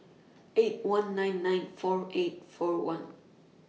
eight one nine nine four eight four one